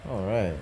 alright